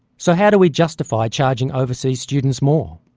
so how do we justify charge and overseas students more?